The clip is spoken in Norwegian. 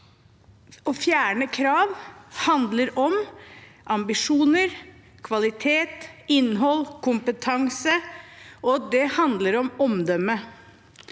å fjerne krav handler om ambisjoner, kvalitet, innhold og kompetanse, og det handler om omdømme.